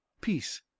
Peace